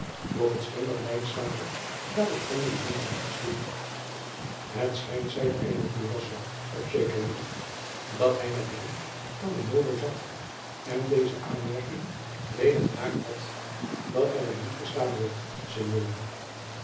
het scheen dat lijnslager daarop geene bijzondere acht sloeg het schijnt zeide eindelijk durazzo op zekeren middag dat hij met hem aan de molo zat en deze aanmerking weder gemaakt had dat gij mij niet verstaan wilt